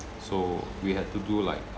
so we had to do like